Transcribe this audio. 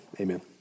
Amen